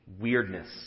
weirdness